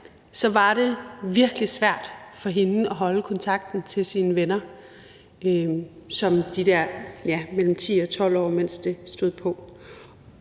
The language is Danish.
var det virkelig svært for hende at holde kontakten til sine venner, som var mellem 10-12 år, mens det stod på.